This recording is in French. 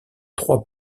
trois